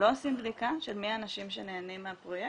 לא עושים בדיקה של מי האנשים שנהנים מהפרויקט,